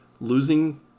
losing